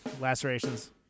Lacerations